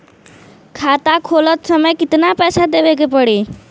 खाता खोलत समय कितना पैसा देवे के पड़ी?